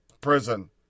prison